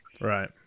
Right